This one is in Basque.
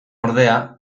ordea